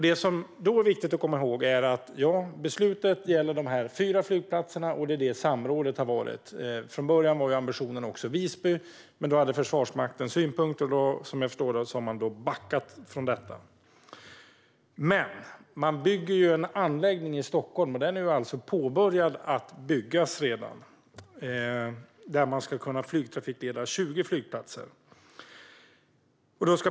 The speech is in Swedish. Det som är viktigt att komma ihåg är att beslutet gäller dessa fyra flygplatser och att det är det samrådet har gällt. Från början var ambitionen att ha med även Visby, men då hade Försvarsmakten synpunkter. Som jag förstår det har man därför backat från detta. Men man bygger en anläggning i Stockholm, och den är alltså påbörjad redan. Därifrån ska 20 flygplatser kunna flygtrafikledas.